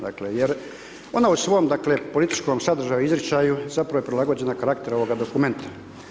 Dakle, jer ona u svom, dakle, političkom sadržaju, izričaju, zapravo je prilagođena karakteru ovoga dokumenta.